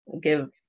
Give